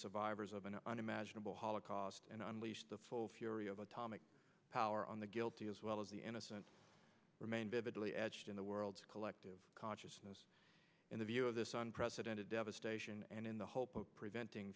survivors of an unimaginable holocaust and unleashed the full fury of atomic power on the guilty as well as the innocent remain vividly etched in the world's collective consciousness in the view of this unprecedented devastation and in the hope of preventing